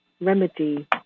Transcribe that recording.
remedy